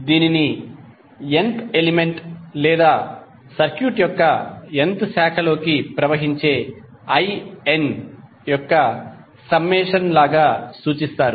మీరు దీనిని n వ ఎలిమెంట్ లేదా సర్క్యూట్ యొక్క n వ శాఖలోకి ప్రవహించే in యొక్క సమ్మేషన్ లాగా సూచిస్తారు